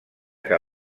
que